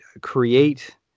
create